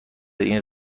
این